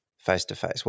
face-to-face